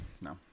No